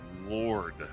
lord